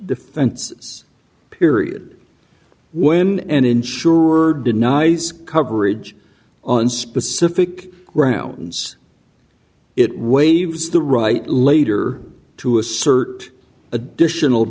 defense is period when an insured denies coverage on specific grounds it waves the right later to assert additional